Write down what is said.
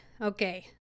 Okay